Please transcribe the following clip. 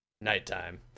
nighttime